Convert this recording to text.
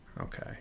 Okay